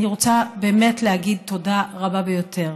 אני רוצה באמת להגיד תודה רבה ביותר